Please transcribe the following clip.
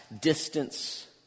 distance